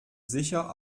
sicher